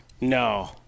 No